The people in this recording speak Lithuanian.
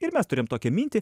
ir mes turėjom tokią mintį